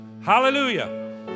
Hallelujah